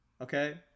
Okay